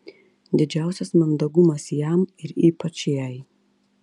didžiausias mandagumas jam ir ypač jai